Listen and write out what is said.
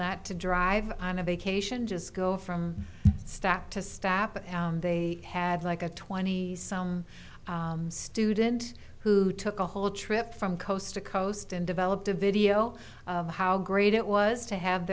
to drive on a vacation just go from stack to stap and they had like a twenty student who took a whole trip from coast to coast and developed a video of how great it was to have